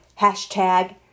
hashtag